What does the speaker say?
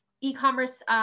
e-commerce